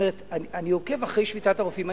אני עוקב אחר שביתת הרופאים.